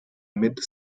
mid